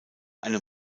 einem